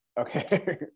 Okay